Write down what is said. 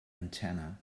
antenna